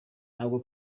ntabwo